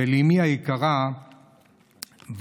ואימי היקרה ורדה,